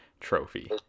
trophy